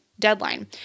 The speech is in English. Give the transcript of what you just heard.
deadline